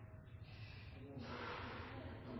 er noen